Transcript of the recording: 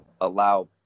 allow